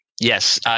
Yes